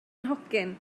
nhocyn